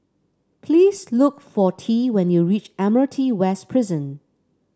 please look for Tea when you reach Admiralty West Prison